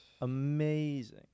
Amazing